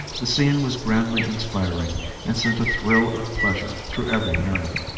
the scene was grandly inspiring and sent a thrill of pleasure through every nerve.